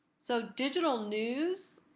so digital news